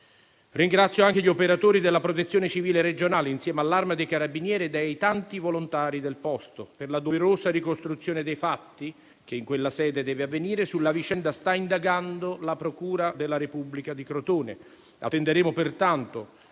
Ringrazio anche gli operatori della Protezione civile regionale, insieme all'Arma dei carabinieri e ai tanti volontari del posto. Per la doverosa ricostruzione dei fatti, che in quella sede deve avvenire, sulla vicenda sta indagando la procura della Repubblica di Crotone. Attenderemo, pertanto,